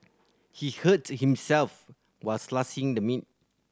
he hurt himself while slicing the meat